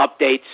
updates